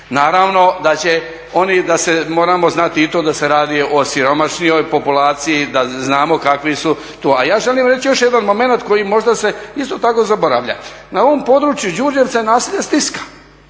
Naravno da će oni, da se, moramo znati i to da se radi o siromašnijoj populaciji, da znamo kakvi su tu, ali ja želim reći još jedan momenat koji možda se isto tako zaboravlja. Na ovom području Đurđevca je naselje Stiska,